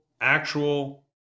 actual